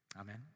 Amen